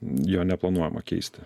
jo neplanuojama keisti